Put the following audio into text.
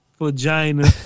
vagina